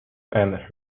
end